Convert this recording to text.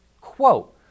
quote